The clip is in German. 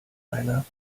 einer